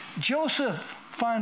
Joseph